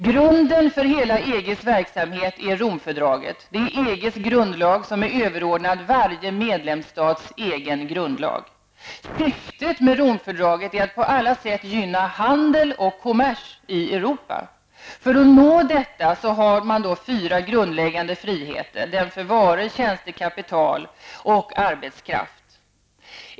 Grunden för hela EGs verksamhet är Romfördraget. Det är EGs grundlag som är överordnad varje medlemsstats egen grundlag. Syftet med Rom-fördraget är att på alla sätt gynna handel och kommers i Europa. För att nå detta har man fyra grundläggande friheter -- friheten för varor, tjänster, kapital och arbetskraft.